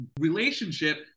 relationship